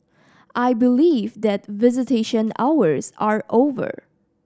I believe that visitation hours are over